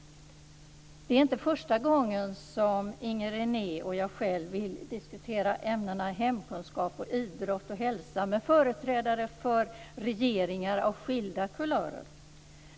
Det är inte första gången som Inger René och jag själv vill diskutera ämnena hemkunskap, idrott och hälsa med företrädare för regeringar av skilda kulörer.